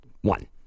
One